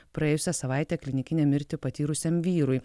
praėjusią savaitę klinikinę mirtį patyrusiam vyrui